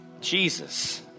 Jesus